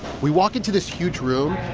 we walk into this huge room,